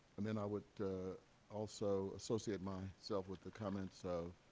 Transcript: and then i will also associate myself with the comments of